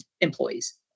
employees